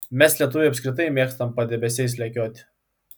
mes lietuviai apskritai mėgstam padebesiais lekiot